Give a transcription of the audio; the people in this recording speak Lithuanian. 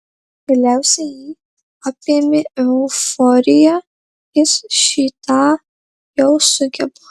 galiausiai jį apėmė euforija jis šį tą jau sugeba